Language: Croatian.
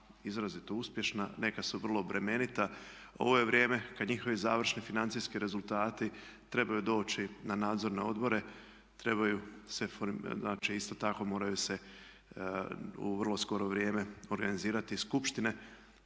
izrazito uspješna, neka su vrlo bremenita, ovo je vrijeme kad njihovi završni financijski rezultati trebaju doći na nadzorne odbore, trebaju se, isto tako moraju se u vrlo skoro vrijeme organizirati skupštine.